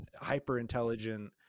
hyper-intelligent